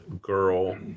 girl